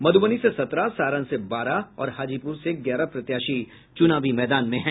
मध्रबनी से सत्रह सारण से बारह और हाजीपुर से ग्यारह प्रत्याशी चुनावी मैदान में हैं